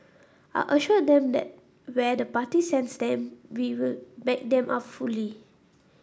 I assured them that where the party sends them we will back them up fully